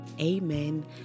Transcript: Amen